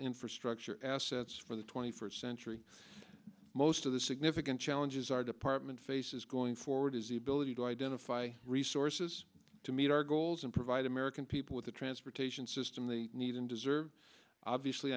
infrastructure assets for the twenty first century most of the significant challenges our department faces going forward is the ability to identify resources to meet our goals and provide american people with the transportation system they need and deserve obviously